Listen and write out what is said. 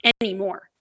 anymore